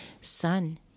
Son